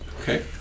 Okay